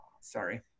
sorry